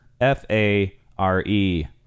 F-A-R-E